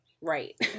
right